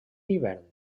hivern